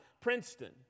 Princeton